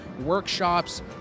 workshops